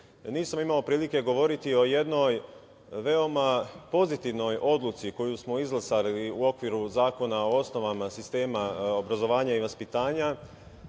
nisam imao prilike govoriti o jednoj veoma pozitivnoj odluci koju smo izglasali u okviru zakona o osnovama sistema obrazovanja i vaspitanja,